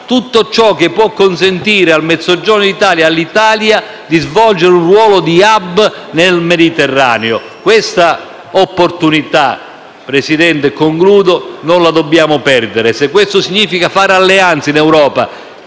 tutto ciò che può consentire al Mezzogiorno d'Italia e all'Italia di svolgere un ruolo di *hub* nel Mediterraneo. Questa opportunità, signor Presidente, non la dobbiamo perdere. Se questo significa fare alleanze in Europa,